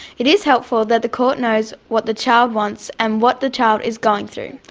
it is helpful that the court knows what the child wants and what the child is going through.